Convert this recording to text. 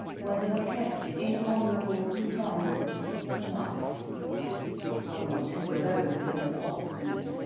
where they are kept in honourable confinement for life one or two alone of the more obstinate,